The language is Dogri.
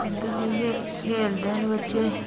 अंदर बैहियै खेलदे ना बच्चे